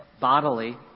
bodily